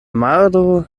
maro